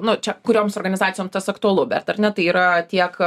nu čia kurioms organizacijom tas aktualu bet ar ne tai yra tiek